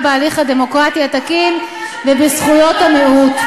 בהליך הדמוקרטי התקין ובזכויות המיעוט.